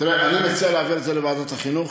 אני מציע להעביר את זה לוועדת החינוך.